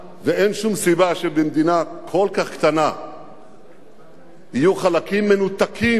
ואין שום סיבה שבמדינה כל כך קטנה יהיו חלקים מנותקים,